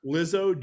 Lizzo